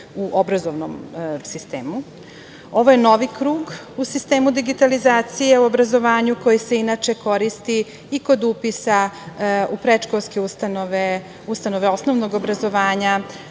u obrazovanom sistemu. Ovo je novi krug u sistemu digitalizacije u obrazovanju, koji se inače koristi i kod upisa u predškolske ustanove, ustanove osnovnog obrazovanja.